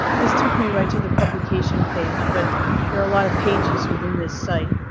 this took me right to the publication page, but there are a lot of pages within this site.